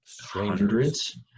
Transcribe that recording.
hundreds